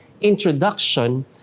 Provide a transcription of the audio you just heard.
introduction